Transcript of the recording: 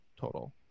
total